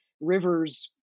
rivers